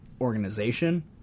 organization